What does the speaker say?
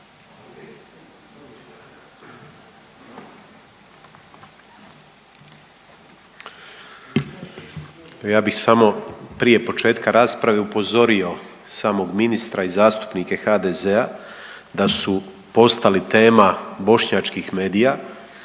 Ja bih samo prije početka rasprave upozorio samog ministra i zastupnike HDZ-a da su postali tema bošnjačkih medija